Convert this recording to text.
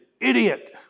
idiot